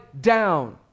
down